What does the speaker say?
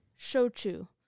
shochu